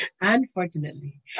Unfortunately